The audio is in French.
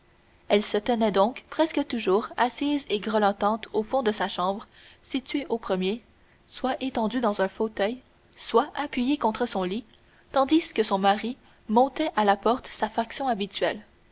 elle se tenait donc presque toujours assise et grelottante au fond de sa chambre située au premier soit étendue dans un fauteuil soit appuyée contre son lit tandis que son mari montait à la porte sa faction habituelle